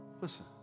Listen